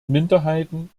minderheiten